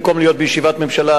במקום להיות בישיבת ממשלה,